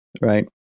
right